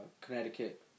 Connecticut